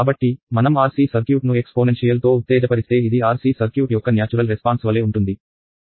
కాబట్టి మనం RC సర్క్యూట్ను ఎక్స్పోనెన్షియల్ తో ఉత్తేజపరిస్తే ఇది RC సర్క్యూట్ యొక్క న్యాచురల్ రెస్పాన్స్ వలె ఉంటుంది